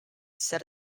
set